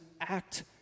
act